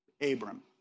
Abram